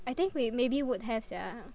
I think we maybe would have sia